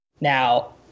Now